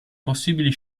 possibili